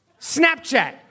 Snapchat